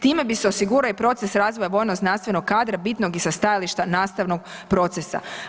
Time bi se osigurao i proces razvoja vojno znanstvenog kadra bitnog i sa stajališta nastavnog procesa.